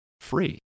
free